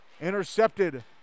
intercepted